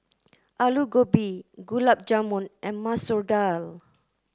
Alu Gobi Gulab Jamun and Masoor Dal